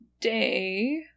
day